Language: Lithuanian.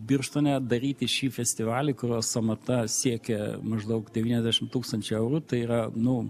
birštone daryti šį festivalį kurio sąmata siekia maždaug devyniasdešim tūkstančių eurų tai yra nu